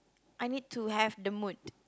I need to have the mood